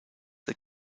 the